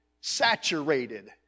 saturated